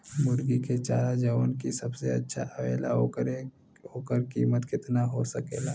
मुर्गी के चारा जवन की सबसे अच्छा आवेला ओकर कीमत केतना हो सकेला?